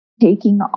taking